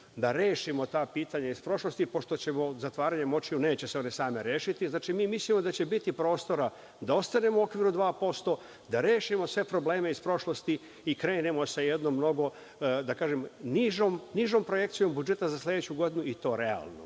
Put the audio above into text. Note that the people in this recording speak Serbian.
da rešimo ta pitanja iz prošlosti, pošto zatvaranjem očiju se neće oni sami rešiti. Znači, mi mislimo da će biti prostora da ostanemo u okviru 2%, da rešimo sve probleme iz prošlosti i krenemo sa jednom mnogo, da kažem nižom projekcijom budžeta za sledeću godinu i to realnom,